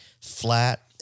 flat